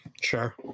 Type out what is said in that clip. sure